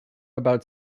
about